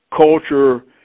culture